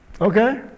Okay